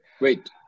Wait